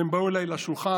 והם באו אליי לשולחן.